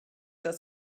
dass